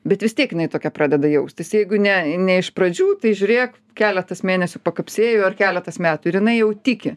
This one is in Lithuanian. bet vis tiek jinai tokia pradeda jaustis jeigu ne ne iš pradžių tai žiūrėk keletas mėnesių pakapsėjo ar keletas metų ir jinai jau tiki